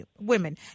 women